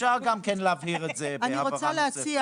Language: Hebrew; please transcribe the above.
אפשר להבהיר את זה בהבהרה נוספת.